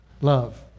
love